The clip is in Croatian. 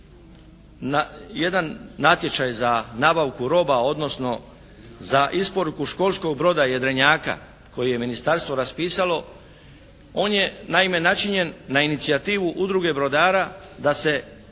jedan natječaj za nabavku roba, odnosno za isporuku školskog broda jedrenjaka koje je ministarstvo raspisalo. On je naime načinjen na inicijativu udruge brodara da se drvena